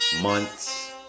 Months